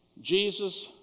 Jesus